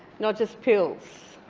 not just pills.